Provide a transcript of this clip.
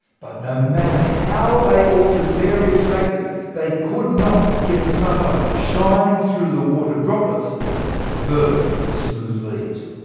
but, no matter how they altered various factors, they could not get the sunlight shining through the water droplets to burn the smooth leaves.